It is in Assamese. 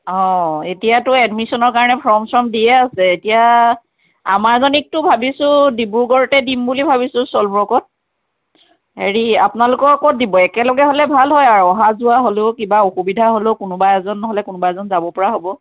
অ এতিয়াতো এডমিশ্যনৰ কাৰণে ফৰ্ম চৰ্ম দিয়ে আছে এতিয়া আমাৰ জনীকতো ভাবিছোঁ ডিব্ৰুগড়তে দিম বুলি ভাবিছোঁ চল্টব্ৰুকত হেৰি আপোনালোকৰ ক'ত দিব একেলগে হ'লে ভাল হয় আৰু অহা যোৱা হ'লেও কিবা অসুবিধা হ'লেও কোনোবা এজন নহ'লে কোনোবা এজন যাব পৰা হ'ব